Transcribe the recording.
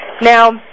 Now